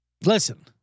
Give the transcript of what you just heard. listen